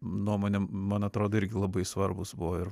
nuomonė man atrodo irgi labai svarbūs buvo ir